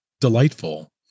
delightful